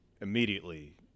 immediately